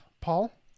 Paul